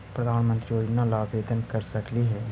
प्रधानमंत्री योजना ला आवेदन कर सकली हे?